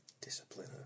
Discipline